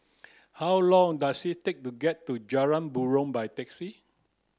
how long does it take to get to Jalan Buroh by taxi